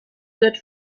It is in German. wird